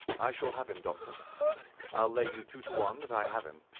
i shall have him, doctor i'll lay you two to one that i have him.